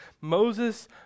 Moses